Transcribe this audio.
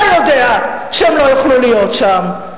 אתה יודע שהם לא יוכלו להיות שם.